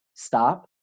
stop